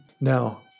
Now